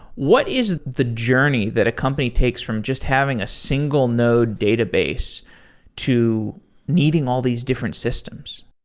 what is the journey that a company takes from just having a single node database to needing all these different systems?